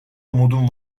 umudum